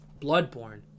Bloodborne